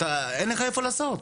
אין לך איפה לעשות.